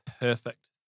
perfect